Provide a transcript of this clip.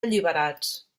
alliberats